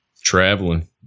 traveling